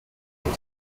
into